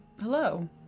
Hello